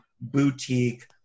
boutique